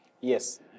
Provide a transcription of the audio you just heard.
Yes